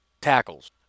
tackles